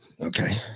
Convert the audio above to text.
Okay